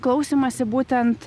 klausymąsi būtent